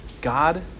God